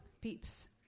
peeps